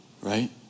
Right